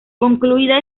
concluida